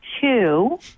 two